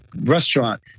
restaurant